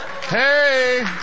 Hey